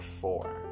four